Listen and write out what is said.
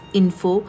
info